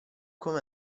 come